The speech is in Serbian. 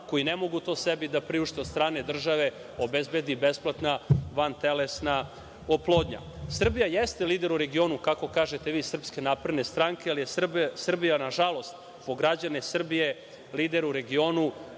koji ne mogu to sebi da priušte, od strane države obezbedi besplatna vantelesna oplodnja. Srbija jeste lider u regionu, kako kažete vi iz SNS, ali je Srbija nažalost, po građane Srbije, lider u regionu